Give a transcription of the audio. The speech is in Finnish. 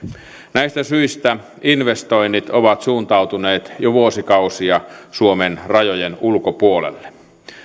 näistä syistä investoinnit ovat suuntautuneet jo vuosikausia suomen rajojen ulkopuolelle